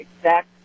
exact